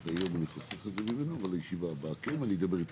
כי זה מחייב פנייה אקטיבית